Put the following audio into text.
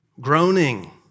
groaning